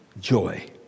Joy